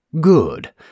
Good